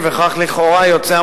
ולקבוע כי על